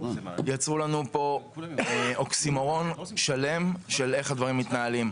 יצרנו לנו פה אוקסימורון שלם של איך הדברים מתנהלים.